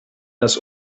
das